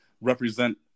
represent